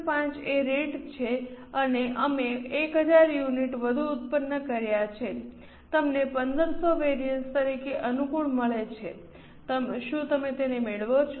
5 એ રેટ છે અને અમે 1000 યુનિટ વધુ ઉત્પન્ન કર્યા છે તમને 1500 વિવિધતા તરીકે અનુકૂળ મળે છે શું તમે મને મેળવો છો